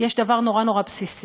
יש דבר נורא בסיסי: